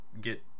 get